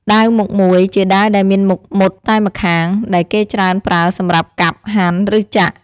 ដាវមុខមួយ ជាដាវដែលមានមុខមុតតែម្ខាង ដែលគេច្រើនប្រើសម្រាប់កាប់ ហាន់ ឬចាក់។